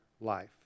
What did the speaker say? life